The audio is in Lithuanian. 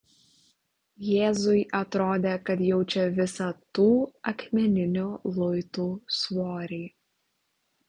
jėzui atrodė kad jaučia visą tų akmeninių luitų svorį